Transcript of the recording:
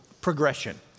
progression